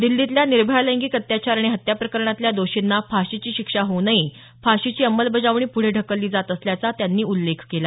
दिल्लीतल्या निर्भया लैंगिक अत्याचार आणि हत्या प्रकरणातल्या दोषींना फाशीची शिक्षा होऊनही फाशीची अंमलबजावणी पुढे ढकलली जात असल्याचा त्यांनी उल्लेख केला